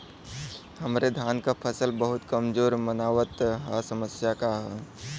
हमरे धान क फसल बहुत कमजोर मनावत ह समस्या का ह?